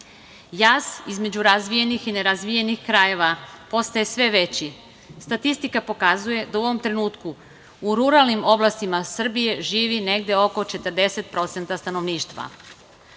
između razvijenih i ne razvijenih krajeva postaje sve veći. Statistika pokazuje da u ovom trenutku u ruralnim oblastima Srbije živi negde oko 40% stanovništva.